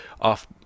off